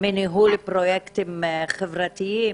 מניהול פרויקטים חברתיים,